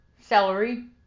celery